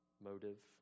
motive